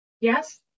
Yes